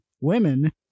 women